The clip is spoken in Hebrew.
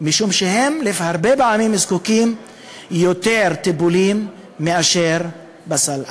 משום שהם הרבה פעמים זקוקים ליותר טיפולים מאשר יש בסל.